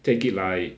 take it like